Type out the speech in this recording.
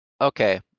Okay